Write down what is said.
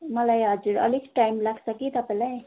मलाई हजुर अलिक टाइम लाग्छ कि तपाईँलाई